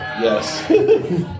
Yes